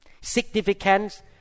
significance